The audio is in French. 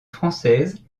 française